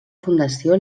fundació